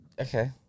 Okay